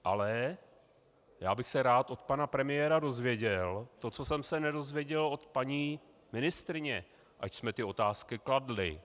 Ale já bych se rád od pana premiéra dozvěděl to, co jsem se nedozvěděl od paní ministryně, ač jsme otázky kladli.